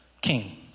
king